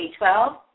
2012